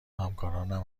همکارانم